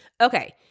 Okay